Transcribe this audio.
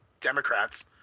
Democrats